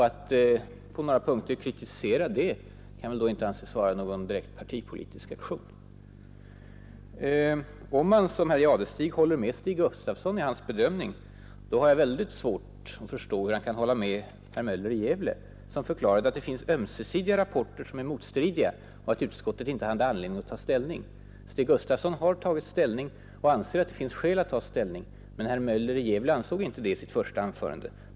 Att på några punkter kritisera det kan väl inte anses vara någon direkt partipolitisk aktion. Om man som herr Jadestig håller med TCO:s jurist Stig Gustafsson i hans bedömning har jag mycket svårt att förstå hur man kan hålla med herr Möller i Gävle, som förklarade att det finns ömsesidiga rapporter som är motstridiga och att utskottet inte hade anledning att ta ställning. Stig Gustafsson har tagit ställning och anser att det finns skäl att ta ställning. Herr Möller i Gävle ansåg inte det i sitt första anförande.